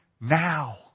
now